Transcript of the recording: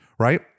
right